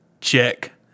Check